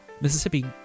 Mississippi